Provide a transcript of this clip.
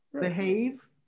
behave